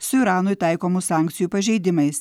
su iranui taikomų sankcijų pažeidimais